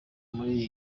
muri